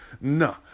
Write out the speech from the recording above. No